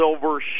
silver